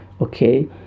okay